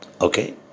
Okay